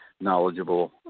knowledgeable